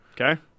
Okay